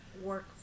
work